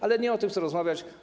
Ale nie o tym chcę rozmawiać.